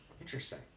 Interesting